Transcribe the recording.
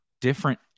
different